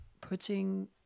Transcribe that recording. putting